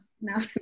now